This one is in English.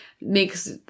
makes